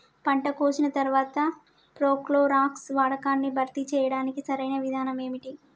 పంట కోసిన తర్వాత ప్రోక్లోరాక్స్ వాడకాన్ని భర్తీ చేయడానికి సరియైన విధానం ఏమిటి?